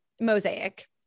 Mosaic